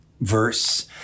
verse